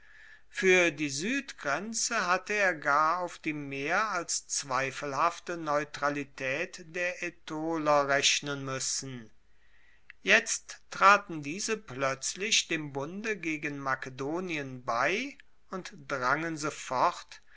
fuer die suedgrenze hatte er gar auf die mehr als zweifelhafte neutralitaet der aetoler rechnen muessen jetzt traten diese ploetzlich dem bunde gegen makedonien bei und drangen sofort